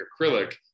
acrylic